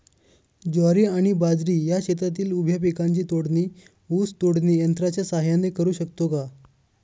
ज्वारी आणि बाजरी या शेतातील उभ्या पिकांची तोडणी ऊस तोडणी यंत्राच्या सहाय्याने करु शकतो का?